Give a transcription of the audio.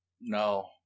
No